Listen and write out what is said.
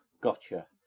Gotcha